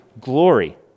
glory